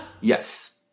Yes